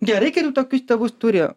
gerai kai tu tokius tėvus turi